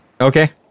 Okay